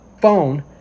phone